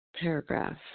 paragraph